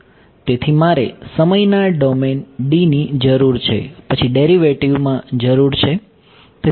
તેથી મારે સમયના ડોમેન ની જરૂર છે પછી ડેરિવેટિવ માં જરૂર છે